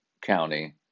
county